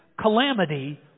calamity